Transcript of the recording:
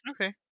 Okay